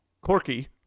Corky